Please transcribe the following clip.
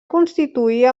constituir